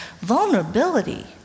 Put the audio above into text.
Vulnerability